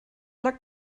lag